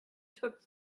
took